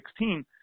2016